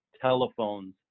telephones